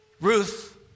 Ruth